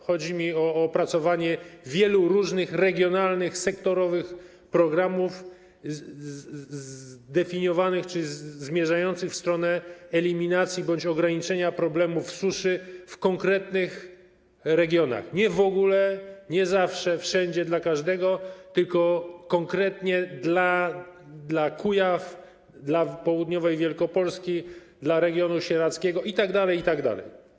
Chodzi mi o opracowanie wielu różnych regionalnych, sektorowych programów zmierzających w stronę eliminacji bądź ograniczenia problemu suszy w konkretnych regionach - nie w ogóle, nie zawsze, nie wszędzie, nie dla każdego, tylko konkretnie dla Kujaw, dla południowej Wielkopolski, dla regionu sieradzkiego itd., itd.